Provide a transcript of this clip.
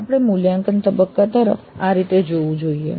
આપણે મૂલ્યાંકન તબક્કા તરફ આ રીતે જોવું જોઈએ